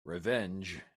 revenge